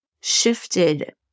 shifted